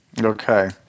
Okay